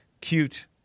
cute